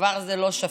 זה כבר לא שפיט.